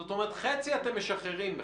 זאת אומרת חצי אתם משחררים בכלל.